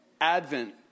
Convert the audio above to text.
Advent